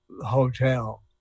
hotel